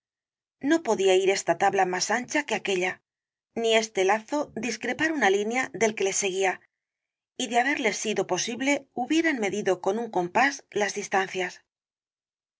no podía ir esta tabla más ancha que aquélla ni este lazo discrepar una línea del que le seguía y de haberles sido posible hubieran medido con un compás las distancias